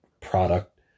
product